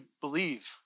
believe